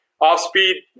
off-speed